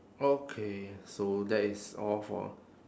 okay so that is all for